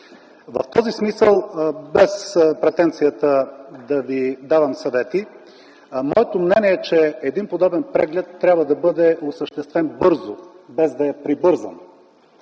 В този смисъл без претенцията да Ви давам съвети, моето мнение е, че един подобен преглед трябва да бъде осъществен бързо, без да е прибързан.